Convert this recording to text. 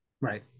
Right